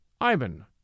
Ivan